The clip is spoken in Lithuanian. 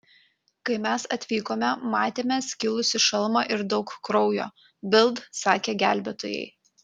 kai mes atvykome matėme skilusį šalmą ir daug kraujo bild sakė gelbėtojai